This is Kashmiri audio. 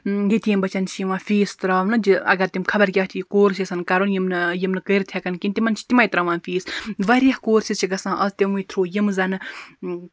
یتیٖم بَچَن چھ یِوان فیٖس تراونہٕ اَگر تِم خَبر کیاہ تہِ یہِ کورس یَژھَن کَرُن یِم نہٕ کٔرِتھ ہیٚکَن کِہیٖنۍ تِمَن چھِ تِمے تراوان فیٖس واریاہ کورسِز چھِ گَژھان آز تِموٕے تھرو یِم زن نہٕ